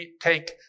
take